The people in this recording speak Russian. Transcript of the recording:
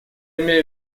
имею